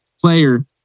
Player